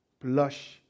blush